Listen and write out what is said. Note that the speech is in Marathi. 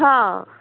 हां